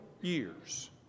years